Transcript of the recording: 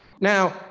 Now